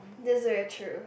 this very true